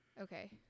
okay